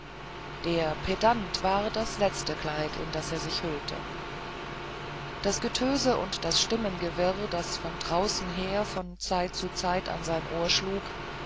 der pedant war das letzte kleid in das er sich hüllte das getöse und das stimmengewirr das von draußen her von zeit zu zeit an sein ohr schlug